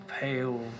pale